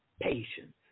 patience